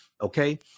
okay